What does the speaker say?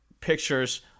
pictures